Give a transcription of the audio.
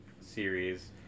series